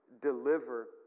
deliver